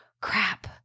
crap